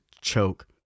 choke